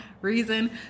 reason